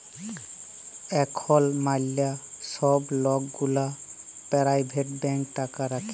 এখল ম্যালা ছব লক গুলা পারাইভেট ব্যাংকে টাকা রাখে